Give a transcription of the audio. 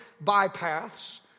bypaths